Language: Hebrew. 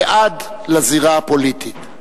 ועד לזירה הפוליטית.